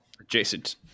Adjacent